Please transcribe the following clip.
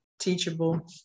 teachable